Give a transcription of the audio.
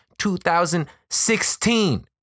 2016